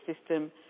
system